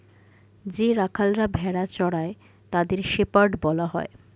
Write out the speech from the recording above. যে রাখালরা ভেড়া চড়ায় তাদের শেপার্ড বলা হয়